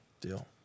deal